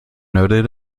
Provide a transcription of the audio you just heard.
noted